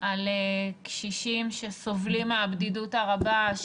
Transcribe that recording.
על קשישים שסובלים מהבדידות הרבה,